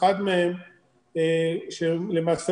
אם תרצו,